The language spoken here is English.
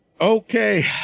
Okay